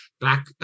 back